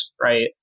right